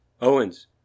Owens